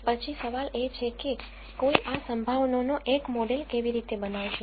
તેથી પછી સવાલ એ છે કે કોઈ આ સંભાવનાઓનો એક મોડેલ કેવી રીતે બનાવશે